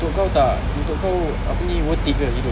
untuk kau tak untuk kau apa ni worth it ke hidup